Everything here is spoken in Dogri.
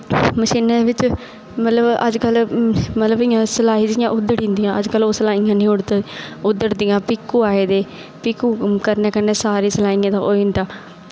मशीनै दे बिच मतलब अज्जकल जियां सिलाई जिया उद्धड़ी जंदियां जियां ओह् सलाइयां निं उद्धड़ दियां पीको आये दे पीकू करने कन्नै सारी सिलाइयें दा होई जंदा